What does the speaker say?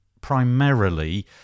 primarily